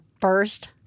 first